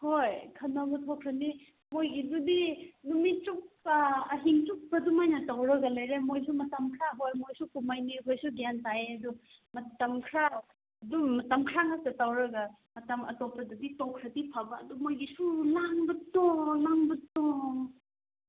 ꯍꯣꯏ ꯈꯠꯅꯕ ꯊꯣꯛꯈ꯭ꯔꯅꯤ ꯃꯈꯣꯏꯒꯤꯗꯨꯗꯤ ꯅꯨꯃꯤꯠ ꯆꯨꯞꯄ ꯑꯍꯤꯡ ꯆꯨꯞꯄꯗꯨ ꯑꯗꯨꯃꯥꯏꯅ ꯇꯧꯔꯒ ꯂꯩꯔꯦ ꯃꯈꯣꯏꯁꯨ ꯃꯇꯝ ꯈꯔ ꯍꯣꯏ ꯃꯈꯣꯏꯁꯨ ꯀꯨꯝꯍꯩꯅꯤ ꯑꯩꯈꯣꯏꯁꯨ ꯒ꯭ꯌꯥꯟ ꯇꯥꯏꯌꯦ ꯑꯗꯨ ꯃꯇꯝ ꯈꯔ ꯑꯗꯨ ꯃꯇꯝ ꯈꯔ ꯉꯥꯏꯍꯥꯛꯇ ꯇꯧꯔꯒ ꯃꯇꯝ ꯑꯇꯣꯞꯄꯗ ꯇꯣꯛꯈ꯭ꯔꯗꯤ ꯐꯕ ꯑꯗꯨ ꯃꯈꯣꯏꯒꯤꯁꯨ ꯂꯥꯡꯕꯗꯣ ꯂꯥꯡꯕꯗꯣ